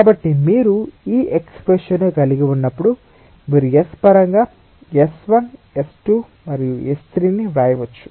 కాబట్టి మీరు ఈ ఎక్స్ప్రెషన్ ను కలిగి ఉన్నప్పుడు మీరు S పరంగా S1 S2 మరియు S3 ను వ్రాయవచ్చు